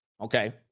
Okay